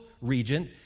regent